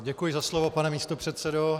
Děkuji za slovo, pane místopředsedo.